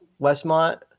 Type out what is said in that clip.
Westmont